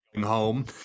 home